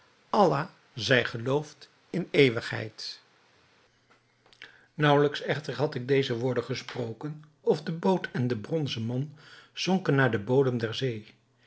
allah zij geloofd in eeuwigheid naauwelijks echter had ik deze woorden gesproken of de boot en de bronzen man zonken naar den bodem der zee